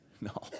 No